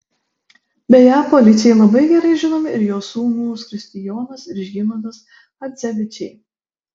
beje policijai labai gerai žinomi ir jo sūnūs kristijonas ir žygimantas chadzevičiai